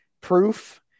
proof